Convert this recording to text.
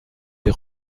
des